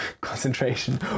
concentration